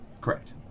correct